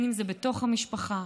אם זה בתוך המשפחה,